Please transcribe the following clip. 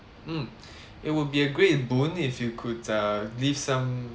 mm it would be a great boon if you could uh leave some